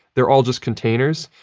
they're all just containers.